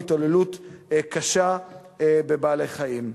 התעללות קשה בבעלי-חיים.